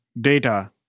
data